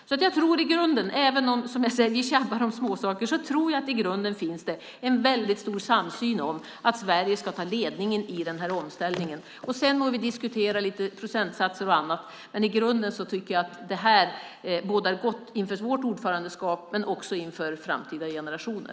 Även om vi tjabbar om småsaker tror jag att det i grunden finns en stor samsyn om att Sverige ska ta ledningen i den här omställningen. Sedan må vi diskutera lite procentsatser och annat, men i grunden bådar det här gott inför vårt ordförandeskap och för framtida generationer.